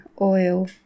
oil